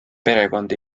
perekond